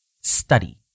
Study